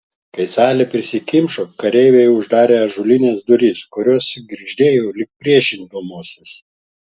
kai salė prisikimšo kareiviai uždarė ąžuolines duris kurios sugirgždėjo lyg priešindamosis